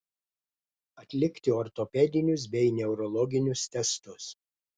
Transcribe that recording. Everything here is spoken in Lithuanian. atlikti ortopedinius bei neurologinius testus